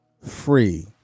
free